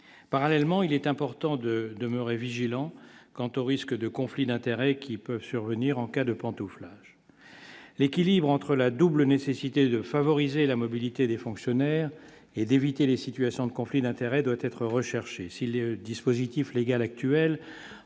parallèlement, il est important de demeurer vigilant quant au risque de conflit d'intérêts qui peuvent survenir en cas de pantouflage, l'équilibre entre la double nécessité de favoriser la mobilité des fonctionnaires et d'éviter les situations de conflit d'intérêts, doit être recherchée si les dispositifs légal actuel